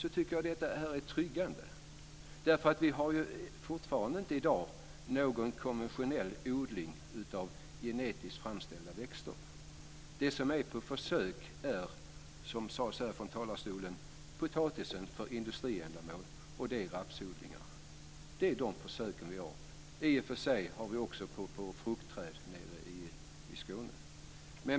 I dag har vi ännu inte någon konventionell odling av genetiskt framställda växter. Det som är på försök är potatisen för industriändamål och rapsodlingar. Vi har i och för sig också försök på fruktträd nere i Skåne.